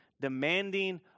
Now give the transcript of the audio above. demanding